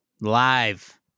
live